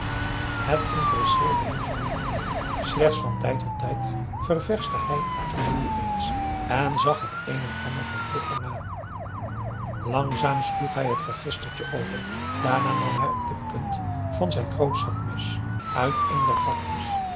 ps maurits zoo niet meer slechts van tijd tot tijd ververschte hij den boel eens en zag t een en ander van vroeger na langzaam sloeg hij het registertje open daarna nam hij op de punt van zijn groot zakmes uit een der vakjes